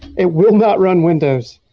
it will not run windows.